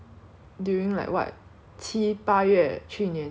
then 我就 book liao cause that time 有那个 promotion mah